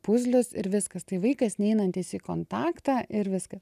puzlius ir viskas tai vaikas neinantis į kontaktą ir viskas